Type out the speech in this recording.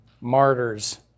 martyrs